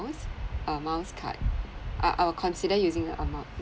miles card I I will consider using a mile